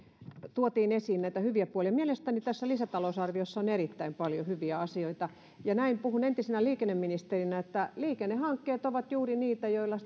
tuotiin esiin näitä hyviä puolia mielestäni tässä lisätalousarviossa on erittäin paljon hyviä asioita ja puhun entisenä liikenneministerinä näin että liikennehankkeet ovat juuri niitä joilla